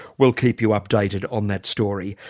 we'll keep you updated on that story.